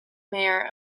mayor